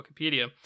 Wikipedia